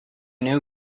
new